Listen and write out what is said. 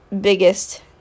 biggest